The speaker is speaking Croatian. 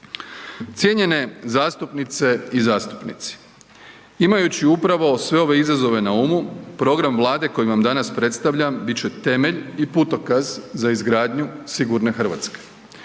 Cijenjenje zastupnice i zastupnici, imajući upravo sve ove izazove na umu, program Vlade koji vam danas predstavljam bit će temelj i putokaz za izgradnju sigurne Hrvatske.